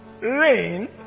rain